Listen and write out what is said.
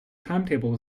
timetable